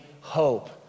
hope